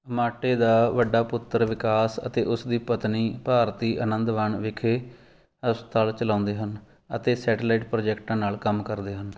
ਆਮਟੇ ਦਾ ਵੱਡਾ ਪੁੱਤਰ ਵਿਕਾਸ ਅਤੇ ਉਸ ਦੀ ਪਤਨੀ ਭਾਰਤੀ ਆਨੰਦਵਾਨ ਵਿਖੇ ਹਸਪਤਾਲ ਚਲਾਉਂਦੇ ਹਨ ਅਤੇ ਸੈਟੇਲਾਈਟ ਪ੍ਰੋਜੈਕਟਾਂ ਨਾਲ ਕੰਮ ਕਰਦੇ ਹਨ